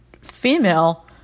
female